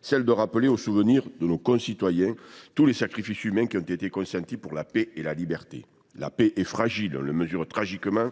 : rappeler à nos concitoyens tous les sacrifices humains qui ont été consentis pour la paix et la liberté. La paix est fragile ; on le mesure tragiquement